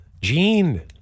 Gene